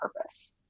purpose